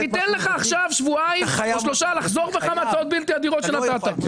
ניתן לך עכשיו שבועיים-שלושה לחזור בך מההצעות הבלתי הדירות שנתת.